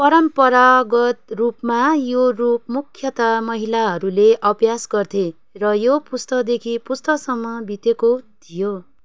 परम्परागत रूपमा यो रूप मुख्यतया महिलाहरूले अभ्यास गर्थे र यो पुस्तादेखि पुस्तासम्म बितेको थियो